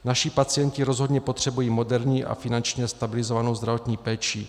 Naši pacienti rozhodně potřebují moderní a finančně stabilizovanou zdravotní péči.